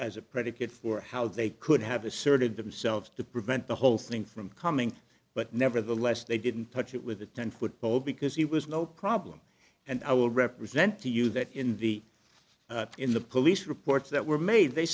as a predicate for how they could have asserted themselves to prevent the whole thing from coming but nevertheless they didn't touch it with a ten foot pole because he was no problem and i will represent to you that in the in the police reports that were made they